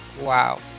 Wow